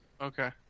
okay